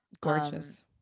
gorgeous